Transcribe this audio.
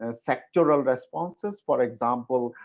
ah sectoral responses, for example,